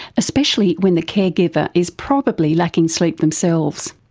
especially when the caregiver is probably lacking sleep themselves.